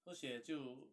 抽血就